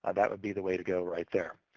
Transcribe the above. ah that would be the way to go right there.